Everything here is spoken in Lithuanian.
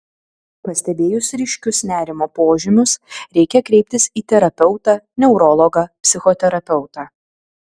pastebėjus ryškius nerimo požymius reikia kreiptis į terapeutą neurologą psichoterapeutą